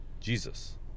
Jesus